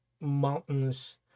mountains